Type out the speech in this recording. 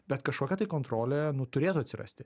bet kažkokia tai kontrolė turėtų atsirasti